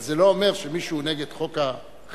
אבל זה לא אומר שמי שהוא נגד חוק החרם